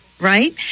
right